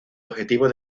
objetivo